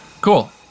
Cool